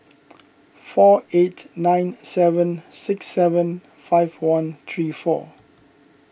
four eight nine seven six seven five one three four